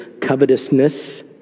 covetousness